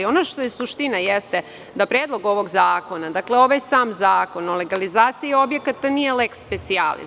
Ono što je suština jeste da predlog ovog zakona, ovaj sam zakon o legalizaciji objekata nije leks specijalis.